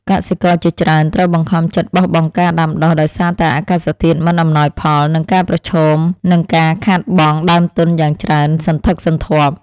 កសិករជាច្រើនត្រូវបង្ខំចិត្តបោះបង់ការដាំដុះដោយសារតែអាកាសធាតុមិនអំណោយផល និងការប្រឈមនឹងការខាតបង់ដើមទុនយ៉ាងច្រើនសន្ធឹកសន្ធាប់។